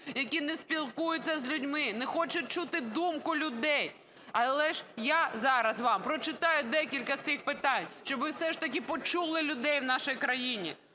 які не спілкуються з людьми, не хочуть чути думку людей, але ж я зараз вам прочитаю декілька цих питань, щоб ви все ж таки почули людей в нашій країні.